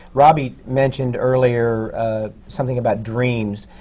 robby mentioned earlier something about dreams.